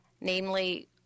Namely